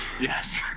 Yes